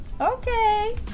Okay